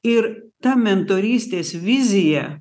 ir ta mentorystės vizija